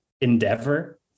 endeavor